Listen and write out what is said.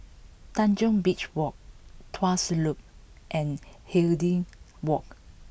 Tanjong Beach Walk Tuas Loop and Hindhede Walk